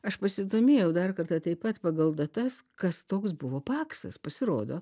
aš pasidomėjau dar kartą taip pat pagal datas kas toks buvo paksas pasirodo